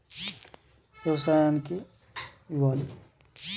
ఏమైనా లోన్లు ఇత్తరా?